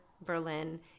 Berlin